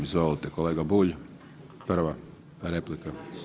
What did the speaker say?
Izvolite kolega Bulj, prva replika.